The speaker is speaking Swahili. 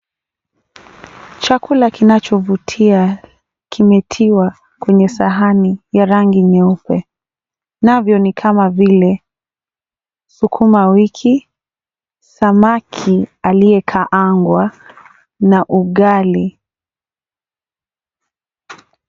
Chakula kinachovutia kimetiwa kwenye sahani ya rangi nyeupe na vinavyo ni kama vile sukumawiki, samaki aliyekaangwa na ugali.